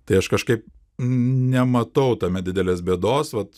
tai aš kažkaip nematau tame didelės bėdos vat